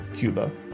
Cuba